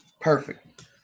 Perfect